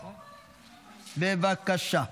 בבקשה.